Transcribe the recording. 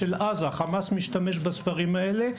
של אונר״א ושל עזה - חמאס משתמש בספרים האלה,